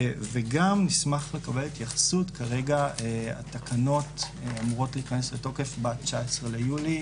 וגם נשמח לקבל התייחסות כרגע התקנות אמורות להיכנס לתוקף ב-19 ביולי